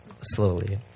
slowly